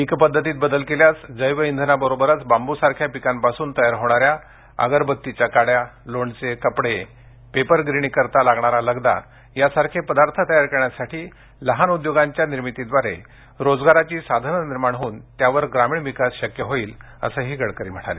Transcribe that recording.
पिक पद्धतीत बदल केल्यास जैव इंधनाबरोबरच बांबूसारख्या पिकांपासून तयार होणार्या अगरबत्ती स्टिक्स लोणचे कपडे पेपर मिलकरीता लागणारा पल्प या सारखे पदार्थ तयार करण्यासाठी छोट्या उद्योगांच्या निर्मितीद्वारे रोजगाराची साधने निर्माण होवून त्याद्वारे ग्रामीण विकास शक्य होईल असं ही गडकरी म्हणाले